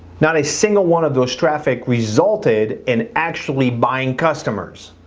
not a single one of those traffic resulted and actually buying customers.